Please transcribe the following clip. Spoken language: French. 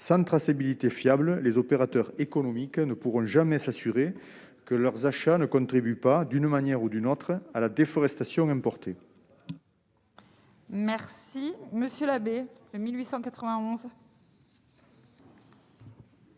Sans traçabilité fiable, les opérateurs économiques ne pourront jamais savoir si leurs achats ne contribuent pas, d'une manière ou d'une autre, à la déforestation importée. La parole est à M.